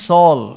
Saul